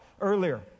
earlier